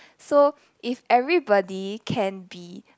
so if everybody can be